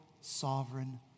sovereign